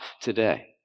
today